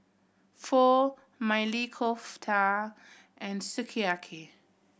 Pho Maili Kofta and Sukiyaki